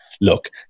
look